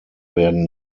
werden